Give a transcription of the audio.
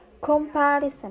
Comparison